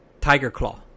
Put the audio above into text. TigerClaw